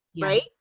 right